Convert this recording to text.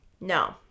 No